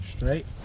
Straight